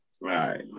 Right